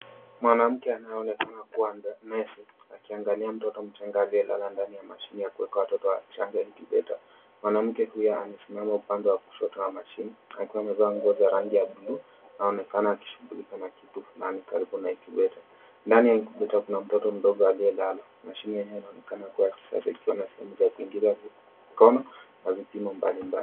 Mwanamke anayeonekana akiwa nesi akiangalia mtoto mchanga aliyelala ndani ya mashini ya kuweka watoto wachanga incubeta . Mwanaume huyo amesimama upande wa kushoto wa mashini akiwa amevaa nguo za rangi ya buluu anaonekana akishughulika na kitu fulani karibu na incubeta . Ndani ya incubeta kuna mtoto mdogo aliyelala mashini yenyewe inaonekana kuwa ya kisasa ikiwa na sehemu ya kuingiza mikono na vipimo mbalimbali.